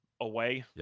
away